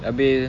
habis